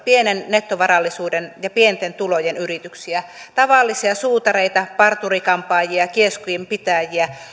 pienen nettovarallisuuden ja pienten tulojen yrityksiä tavallisia suutareita parturi kampaajia kioskinpitäjiä